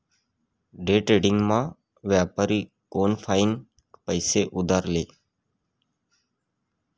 डेट्रेडिंगमा व्यापारी कोनफाईन पैसा उधार ले